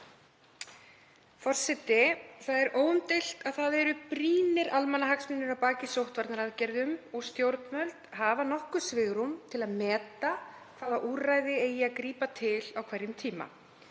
Það er óumdeilt að það eru brýnir almannahagsmunir að baki sóttvarnaaðgerðum og stjórnvöld hafa nokkurt svigrúm til að meta hvaða úrræða eigi að grípa til á hverjum tíma.